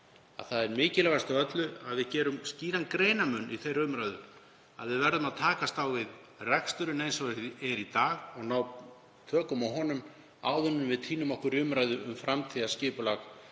það er mikilvægast af öllu að við gerum skýran greinarmun í þeirri umræðu, við verðum að takast á við reksturinn eins og hann er í dag og ná tökum á honum áður en við týnum okkur í umræðu um framtíðarskipulag